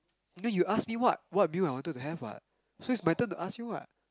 then you ask me what what meal I wanted to have what so is my turn to ask you [what]